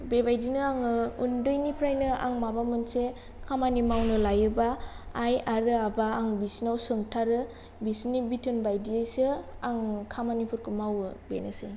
बेबायदिनो आङो आन्दैनिफ्रायनो आं माबा मोनसे खामानि मावनो लायोबा आइ आरो आबा आं बिसिनाव सोंथारो बिसिनि बिथोन बायदियैसो आं खामानिफोरखौ मावो बेनोसै